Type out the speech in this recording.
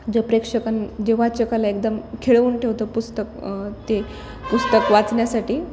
जे प्रेक्षकां जे वाचकाला एकदम खिळवून ठेवतं पुस्तक ते पुस्तक वाचण्यासाठी